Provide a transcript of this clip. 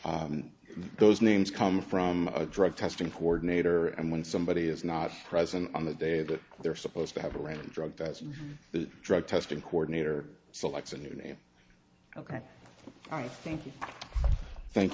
honor those names come from a drug testing coordinator and when somebody is not present on the day that they're supposed to have a random drug that's the drug testing coordinator selects a new name ok i think thank